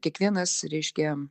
kiekvienas reiškia